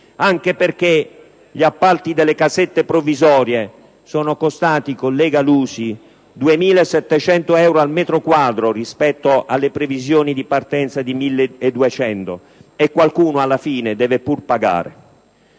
anche perché gli appalti delle casette provvisorie sono costati, collega Lusi, 2.700 euro al metro quadro (rispetto alle previsioni di partenza di 1.200 euro) e qualcuno alla fine deve pur pagare.